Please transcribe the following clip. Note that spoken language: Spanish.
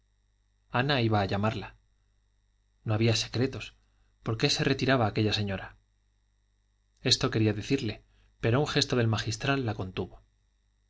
ana iba a llamarla no había secretos por qué se retiraba aquella señora esto quería decirle pero un gesto del magistral la contuvo